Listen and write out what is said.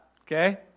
okay